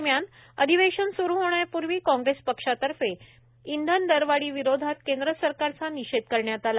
दरम्यान अधिवेशन स्रु होण्यापूर्वी काँग्रेस पक्षातर्फे इंधन दरवाढीविरोधात केंद्र सरकारचा निषेध करण्यात आला